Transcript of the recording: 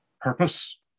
purpose